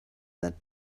that